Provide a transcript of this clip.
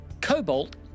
Cobalt